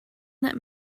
that